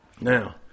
Now